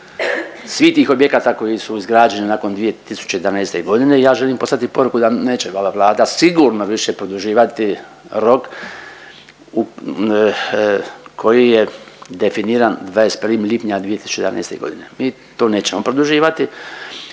svih tih objekata koji su izgrađeni nakon 2011. godine i ja želim poslati poruku da neće ova Vlada sigurno više produživati rok koji je definiran 21. lipnja 2011. Mi to nećemo produživati.